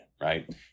right